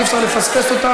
אי-אפשר לפספס אותה,